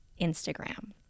Instagram